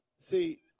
See